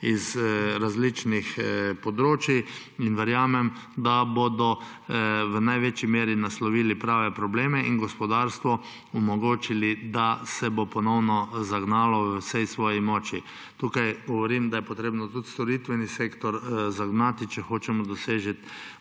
z različnih področij. Verjamem, da bodo v največji meri naslovili prave probleme in gospodarstvu omogočili, da se bo ponovno zagnalo v vsej svoji moči. Tukaj govorim, da je treba tudi storitveni sektor zagnati, če hočemo doseči